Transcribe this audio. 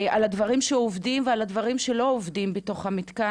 על הדברים שעובדים ועל הדברים שלא עובדים בתוך המתקן,